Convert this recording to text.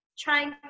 trying